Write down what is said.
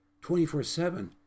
24-7